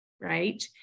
right